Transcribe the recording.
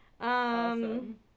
Awesome